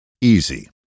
Easy